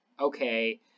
okay